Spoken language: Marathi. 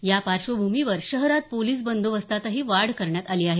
या पार्श्वभूमीवर शहरात पोलिस बंदोबस्तातही वाढ करण्यात आली आहे